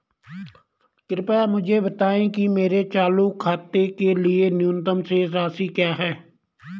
कृपया मुझे बताएं कि मेरे चालू खाते के लिए न्यूनतम शेष राशि क्या है?